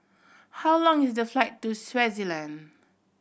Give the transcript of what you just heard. how long is the flight to Swaziland